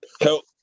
Help